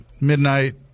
Midnight